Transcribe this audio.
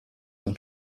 man